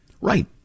Right